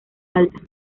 alta